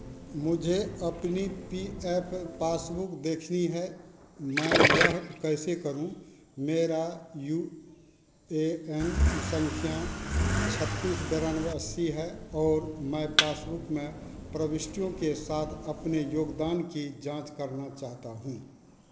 मुझे अपनी P F passbook देखनी है मैं यह कैसे करूँ मेरा यू ए एन संख्या छत्तीस बानवे अस्सी है और मैं पासबुक में प्रविष्टियों के साथ अपने योगदान की जांच करना चाहता हूँ